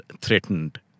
threatened